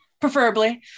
Preferably